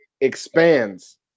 expands